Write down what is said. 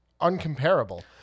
uncomparable